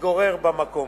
מתגורר במקום.